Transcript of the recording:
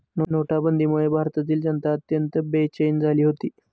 नोटाबंदीमुळे भारतातील जनता अत्यंत बेचैन झाली होती